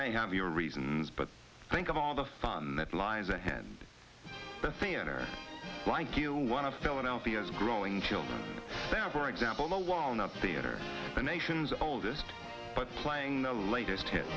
may have your reasons but think of all the fun that lies ahead the theater like you want to philadelphia's growing children for example the walnut theater the nation's oldest but playing the latest hit